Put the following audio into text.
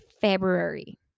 February